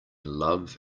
love